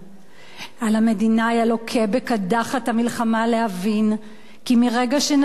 על המדינאי הלוקה בקדחת המלחמה להבין כי מרגע שנתן את האות